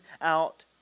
out